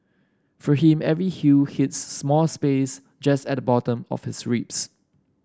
for him every hue hits small space just at the bottom of his ribs